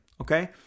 okay